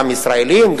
גם ישראלים,